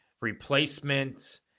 replacement